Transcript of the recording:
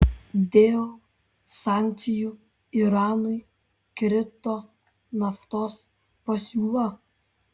dėl sankcijų iranui krito naftos pasiūla